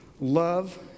love